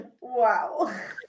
Wow